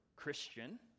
Christian